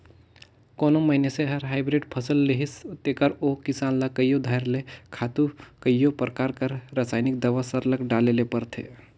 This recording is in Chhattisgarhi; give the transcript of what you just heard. कोनो मइनसे हर हाईब्रिड फसिल लेहिस तेकर ओ किसान ल कइयो धाएर ले खातू कइयो परकार कर रसइनिक दावा सरलग डाले ले परथे